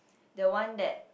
the one that